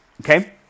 Okay